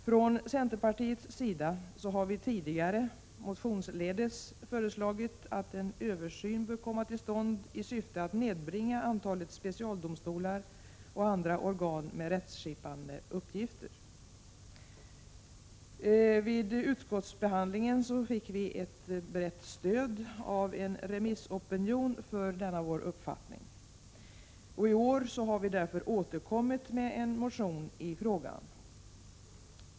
Från centerpartiets sida har vi tidigare, motionsledes, föreslagit att en översyn bör komma till stånd i syfte att nedbringa antalet specialdomstolar och andra organ med rättsskipande uppgifter. Vid utskottsbehandlingen fick vi av en remissopinion ett brett stöd för denna vår uppfattning. I år har vi därför återkommit med en motion i frågan.